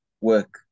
work